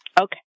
Okay